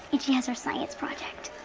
and she has her science project.